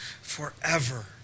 forever